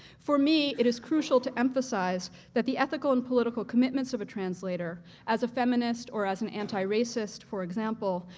for me, it is crucial to emphasize that the ethical and political commitments of a translator as a feminist or as an anti-racist, for example,